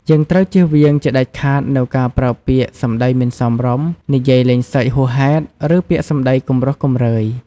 យើងត្រូវជៀសវាងជាដាច់ខាតនូវការប្រើពាក្យ សំដីមិនសមរម្យ និយាយលេងសើចហួសហេតុ ឬពាក្យសម្ដីគំរោះគំរើយ។